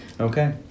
Okay